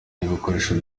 n’ibikoresho